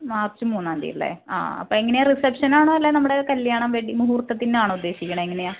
March മൂന്നാന്തിയല്ലെ ആ അപ്പയെങ്ങനാണ് റിസപ്ഷനാണോ അല്ലെ നമ്മുടെ കല്യാണം വെഡ്ഡിങ്ങ് മുഹൂർത്തത്തിനാണോ ഉദ്ദേശിക്കണത് ഏങ്ങനെയാണ്